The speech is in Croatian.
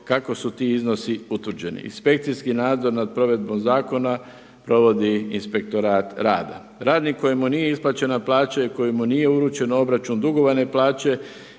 kako su ti iznosi utvrđeni. Inspekcijski nadzor nad provedbom zakona provodi Inspektorat rada. Radnik kojemu nije isplaćena plaća i kojemu nije uručen obračun dugovane plaće